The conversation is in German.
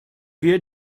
wir